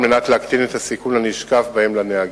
על מנת להקטין את הסיכון הנשקף לנהגים.